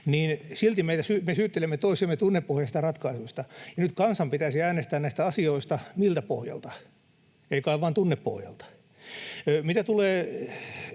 niin silti me syyttelemme toisiamme tunnepohjaisista ratkaisuista. Ja nyt kansan pitäisi äänestää näistä asioista. — Miltä pohjalta? Ei kai vaan tunnepohjalta? Mitä tulee